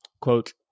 quote